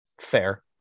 Fair